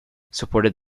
supported